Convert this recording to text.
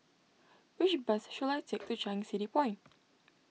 which bus should I take to Changi City Point